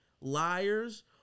liars